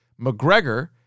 McGregor